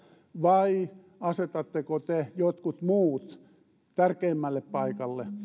vai asetatteko te jotkut muut tärkeimmälle paikalle